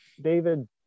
David